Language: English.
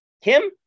Kim